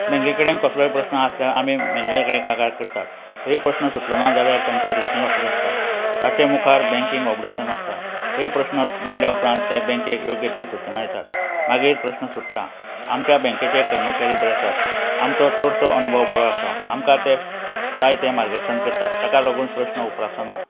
बँके कडेन कसलोय प्रस्न आसल्यार आमी मॅनेजर कडेन कागाळ करतात थंय प्रस्न सुटलो ना जाल्यार तांचे रिजनल ऑफिस आसता ताचे मुखार बँकींग ऑपरेशन आसता थंय प्रश्न मांडल्या उपरांत ते बँकेक योग्य ती सूचना दितात मागीर प्रस्न सुट्टा आमच्या बँकेचे कर्मचारी बरें आसात आमचो चडसो अनुभव बरो आसा आमकां ते जाय ते मार्गदर्शन करतात ताका लागून प्रस्न उपरासना